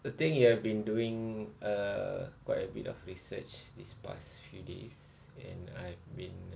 the thing you have been doing uh quite a bit of research these past few days and I've been